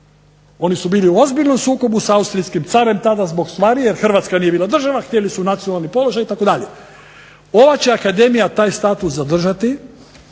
Oni su bili u ozbiljnom sukobu sa austrijskim carem tada zbog stvari jer Hrvatska nije bila država, htjeli su nacionalni položaj itd. Ova će Akademija taj status zadržati